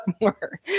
more